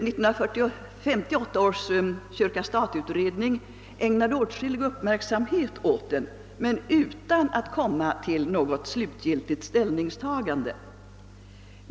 1958 års kyrka—stat-utredning ägnade åtskillig uppmärksam het åt den men utan att komma till något slutgiltigt ställningstagande.